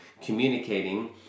communicating